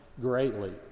greatly